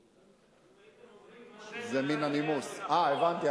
אם הייתם אומרים משהו, אה, הבנתי.